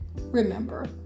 Remember